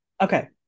okay